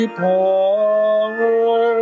power